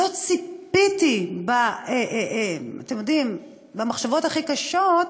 לא ציפיתי, אתם יודעים, במחשבות הכי קשות,